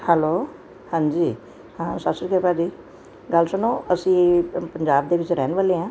hello ਹਾਂਜੀ ਸਤਿ ਸ਼੍ਰੀ ਅਕਾਲ ਭਾਅ ਜੀ ਗੱਲ ਸੁਣੋ ਅਸੀਂ ਪੰਜਾਬ ਦੇ ਵਿੱਚ ਰਹਿਣ ਵਾਲੇ ਆਂ